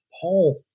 paul